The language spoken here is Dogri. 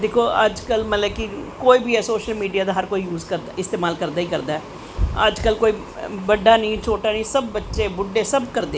दिक्को अज्ज कल मतलव कि कोई सोशल मीडिया दा इस्तेमाल करदा गै करदा ऐ अज्ज कल कोई बड्डा नी छोटा नी सब बच्चे बुड्डे सब करदे